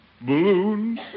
balloons